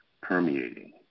permeating